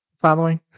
Following